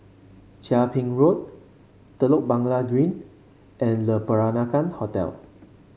Chia Ping Road Telok Blangah Green and Le Peranakan Hotel